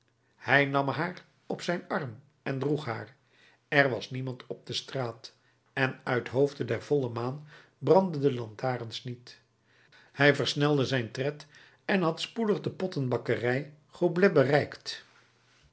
hij nam haar op zijn arm en droeg haar er was niemand op de straat en uithoofde der volle maan brandden de lantaarns niet hij versnelde zijn tred en had spoedig de pottenbakkerij goblet bereikt